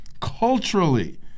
culturally